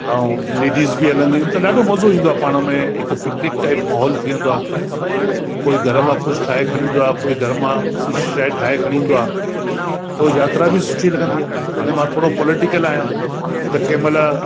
ऐं लेडीज़ बि हलंदियूं आहिनि त ॾाढो मज़ो ईंदो आहे पाण में हिक पिकनिक टाइप माहौल थी वेंदो आहे कोई घर मां कुझु ठाहे खणी ईंदो आहे कोई घर मां कुझु शइ ठाहे खणी ईंदो आहे त यात्रा बि सुठी लॻंदी आहे हाणे मां थोरो पॉलिटिकल आहियां त कंहिं महिल